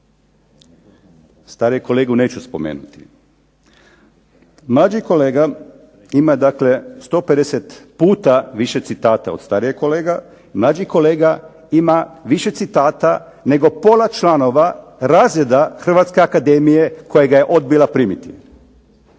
Starijeg kolegu neću spomenuti. Mlađi kolega ima dakle 150 puta više citata od starijeg kolege, mlađi kolega ima više citata nego pola članova razreda Hrvatske akademije koja ga je odbila primiti.